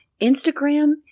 Instagram